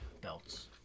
belts